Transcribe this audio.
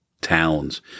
towns